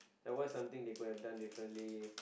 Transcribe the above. and what's something they could've done differently